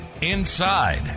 inside